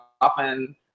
often